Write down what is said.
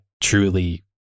truly